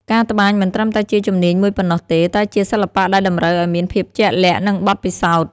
ការត្បាញមិនត្រឹមតែជាជំនាញមួយប៉ុណ្ណោះទេ តែជាសិល្បៈដែលតម្រូវឲ្យមានភាពជាក់លាក់ និងបទពិសោធន៍។